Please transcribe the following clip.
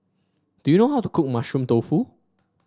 do you know how to cook Mushroom Tofu